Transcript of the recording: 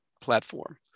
platform